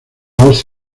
hoz